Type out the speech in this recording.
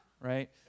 right